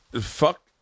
fuck